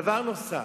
דבר נוסף.